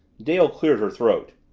dale cleared her throat.